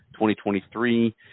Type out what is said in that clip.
2023